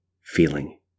feeling